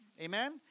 Amen